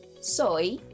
Soy